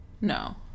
No